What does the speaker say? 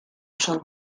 son